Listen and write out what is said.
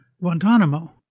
Guantanamo